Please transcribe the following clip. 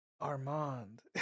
Armand